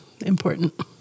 Important